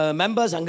members